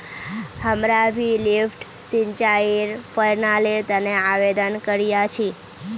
हमरा भी लिफ्ट सिंचाईर प्रणालीर तने आवेदन करिया छि